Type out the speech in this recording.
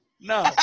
No